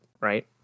right